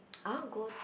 I want to go to